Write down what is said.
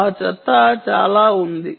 ఆ చెత్త చాలా ఉంది